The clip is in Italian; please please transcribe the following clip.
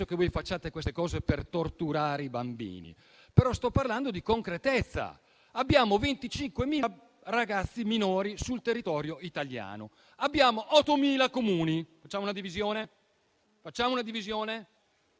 che voi facciate queste cose per torturare i bambini, ma sto parlando di concretezza. Se ci sono 25.000 ragazzi minori sul territorio italiano e i Comuni sono 8.000, facciamo una divisione